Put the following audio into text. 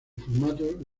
formato